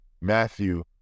Matthew